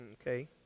Okay